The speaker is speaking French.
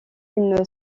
une